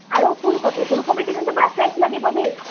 আৰু ফুলকবি ফুলকবি কিন্তু পুৰা ফ্ৰেছ লাগিব দেই